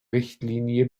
richtlinie